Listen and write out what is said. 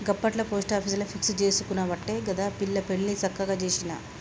గప్పట్ల పోస్టాపీసుల ఫిక్స్ జేసుకునవట్టే గదా పిల్ల పెండ్లి సక్కగ జేసిన